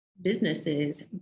Businesses